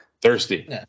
Thirsty